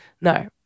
No